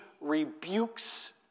rebukes